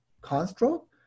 construct